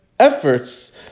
Efforts